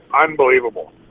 unbelievable